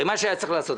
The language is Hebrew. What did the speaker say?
הרי מה שהיה צריך לעשות,